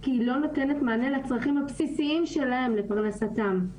כי היא לא נותנת מענה לצרכים הבסיסיים שלהם לפרנסתם.